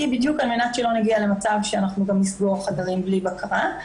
בדיוק על מנת שלא נגיע למצב שאנחנו גם נסגור חדרים בלי בקרה,